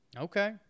Okay